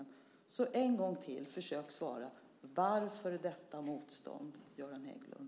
Försök nu svara på min fråga: Varför detta motstånd, Göran Hägglund?